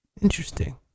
Interesting